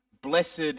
blessed